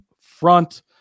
front